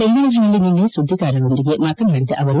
ಬೆಂಗಳೂರಿನಲ್ಲಿ ನಿನ್ನೆ ಸುದ್ದಿಗಾರರೊಂದಿಗೆ ಮಾತನಾಡಿದ ಅವರು